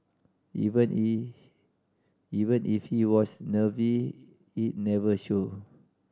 even even if he was nervy it never showed